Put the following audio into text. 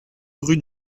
rue